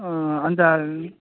अन्त